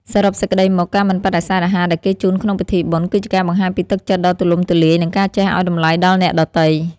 សរុបសេចក្តីមក ការមិនបដិសេធអាហារដែលគេជូនក្នុងពិធីបុណ្យ គឺជាការបង្ហាញពីទឹកចិត្តដ៏ទូលំទូលាយ និងការចេះឱ្យតម្លៃដល់អ្នកដទៃ។